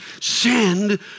send